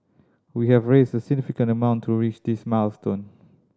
we have raised a significant amount to reach this milestone